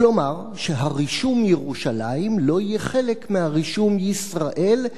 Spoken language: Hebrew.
כלומר שהרישום "ירושלים" לא יהיה חלק מהרישום "ישראל".